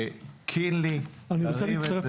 קינלי, תרים את זה.